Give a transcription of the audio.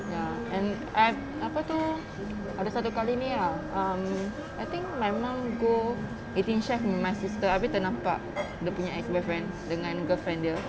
ya and I've apa tu ada satu kali ni lah um I think my mum go eighteen chef with my sister abeh ternampak dia punya ex boyfriend dengan girlfriend dia